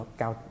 cao